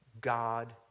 God